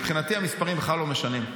מבחינתי המספרים בכלל לא משנים.